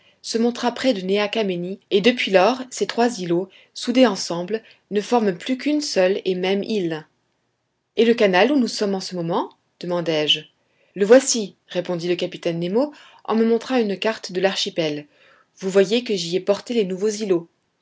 se montra près de néa kamenni et depuis lors ces trois îlots soudés ensemble ne forment plus qu'une seule et même île et le canal où nous sommes en ce moment demandai-je le voici répondit le capitaine nemo en me montrant une carte de l'archipel vous voyez que j'y ai porté les nouveaux îlots